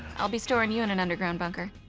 i'll be storing you in an underground bunker.